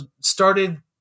started